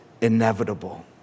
inevitable